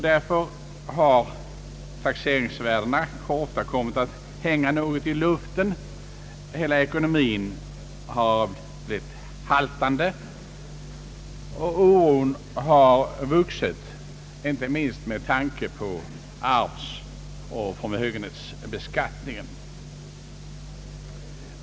Därför har taxeringsvärdena ofta kommit att ekonomiskt hänga i luften. Hela ekonomin har blivit haltande och oron har vuxit, inte minst med tanke på arvsoch förmögenhetsbeskattningen.